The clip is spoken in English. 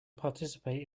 participate